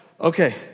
okay